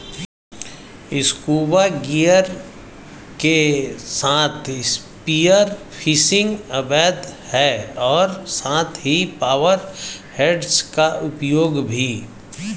scuba gear के साथ spear fishing अवैध है और साथ ही पावर हेड्स का उपयोग भी